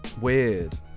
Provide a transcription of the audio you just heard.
weird